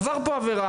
עבר כאן עבירה,